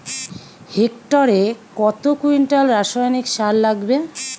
হেক্টরে কত কুইন্টাল রাসায়নিক সার লাগবে?